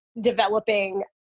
developing